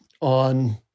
on